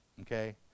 Okay